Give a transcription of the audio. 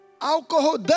Alcohol